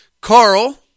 Carl